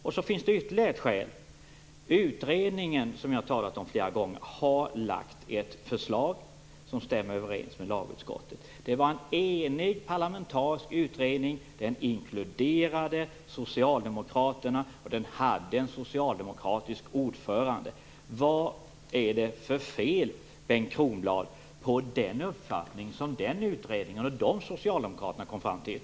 Det finns ytterligare ett skäl. Utredningen, som jag har talat om flera gånger, har lagt fram ett förslag som stämmer överens med lagutskottets åsikt. Det var en enig parlamentarisk utredning. Den inkluderade socialdemokraterna och den hade en socialdemokratisk ordförande. Vad är det för fel, Bengt Kronblad, på den uppfattning som den utredningen och de socialdemokraterna kom fram till?